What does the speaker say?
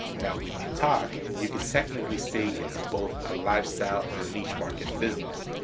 now we talk, you can technically say it's both a lifestyle and a niche market business.